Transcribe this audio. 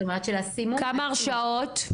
זאת אומרת --- כמה הרשעות?